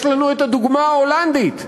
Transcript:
יש לנו הדוגמה ההולנדית.